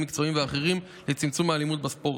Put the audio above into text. מקצועיים ואחרים לצמצום האלימות בספורט,